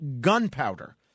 gunpowder